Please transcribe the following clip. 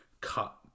cut